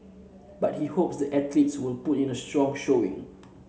but he hopes the athletes will put in a strong showing